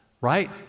right